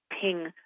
ping